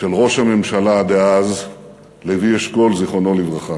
של ראש הממשלה דאז לוי אשכול, זיכרונו לברכה.